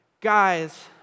guys